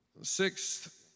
Sixth